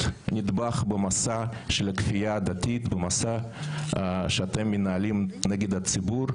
הסתייגות מספר 45. אחרי "מנהל בית החולים"